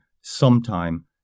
sometime